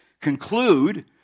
conclude